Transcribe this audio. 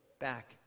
back